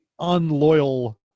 unloyal